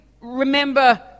remember